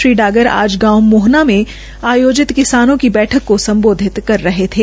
श्री डागर आज गांव मोहना में आयोजित किसानों की बैठक को संबोधित कर रहे थे